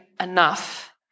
enough